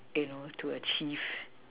in order to achieve